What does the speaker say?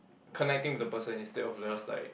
connecting with the person instead of just like